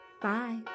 Bye